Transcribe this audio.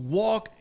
walk